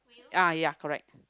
ah ya correct